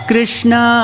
Krishna